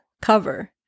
cover